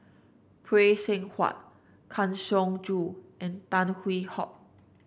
Phay Seng Whatt Kang Siong Joo and Tan Hwee Hock